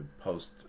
post